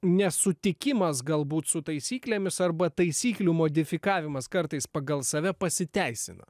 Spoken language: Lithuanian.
nesutikimas galbūt su taisyklėmis arba taisyklių modifikavimas kartais pagal save pasiteisina